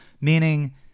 meaning